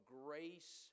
grace